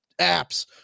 apps